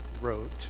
wrote